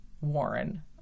Warren